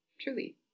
truly